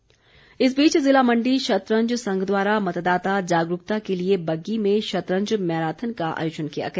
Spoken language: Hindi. शतरंज इस बीच ज़िला मण्डी शतरंज संघ द्वारा मतदाता जागरूकता के लिए बग्गी में शतरंज मैराथन का आयोजन किया गया